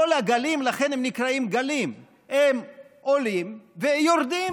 כל הגלים, לכן הם נקראים "גלים" הם עולים ויורדים.